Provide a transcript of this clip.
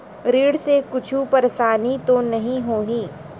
ऋण से कुछु परेशानी तो नहीं होही?